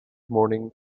morning